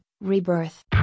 Rebirth